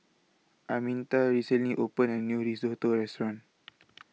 Arminta recently opened A New Risotto Restaurant